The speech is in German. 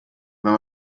wenn